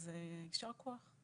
אז ישר כוח.